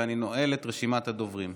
אני נועל את רשימת הדוברים.